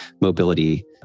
mobility